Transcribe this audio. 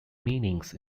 meanings